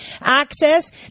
access